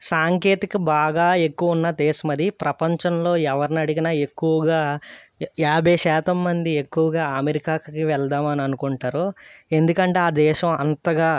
సాంకేతిక బాగా ఎక్కువ ఉన్న దేశం అది ప్రపంచంలో ఎవరిని అడిగినా ఎక్కువగా యాభై శాతం మంది ఎక్కువగా అమెరికాకి వెళదామని అనుకుంటున్నారు ఎందుకంటే ఆ దేశం అంతగా